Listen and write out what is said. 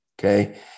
okay